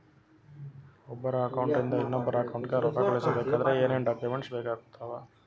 ಒಬ್ಬರ ಅಕೌಂಟ್ ಇಂದ ಇನ್ನೊಬ್ಬರ ಅಕೌಂಟಿಗೆ ರೊಕ್ಕ ಕಳಿಸಬೇಕಾದ್ರೆ ಏನೇನ್ ಡಾಕ್ಯೂಮೆಂಟ್ಸ್ ಬೇಕಾಗುತ್ತಾವ?